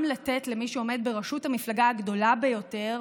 גם לתת למי שעומד בראשות המפלגה הגדולה ביותר,